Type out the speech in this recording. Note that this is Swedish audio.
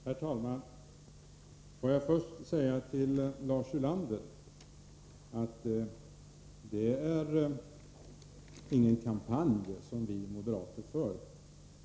Herr talman! Får jag först säga till Lars Ulander att det inte är någon kampanj som vi moderater för.